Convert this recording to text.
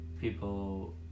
People